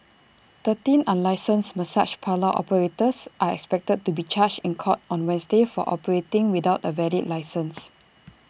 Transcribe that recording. thirteen unlicensed massage parlour operators are expected to be charged in court on Wednesday for operating without A valid licence